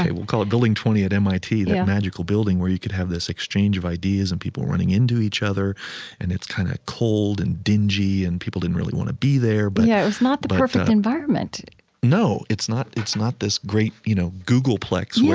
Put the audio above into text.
we'll call it building twenty at mit, that magical building where you could have this exchange of ideas and people running into each other and it's kind of cold and dingy and people didn't really want to be there but yeah, it was not the perfect environment no. it's not it's not this great, you know, googleplex,